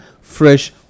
fresh